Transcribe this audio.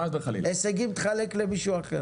הישגים תחלק למישהו אחר.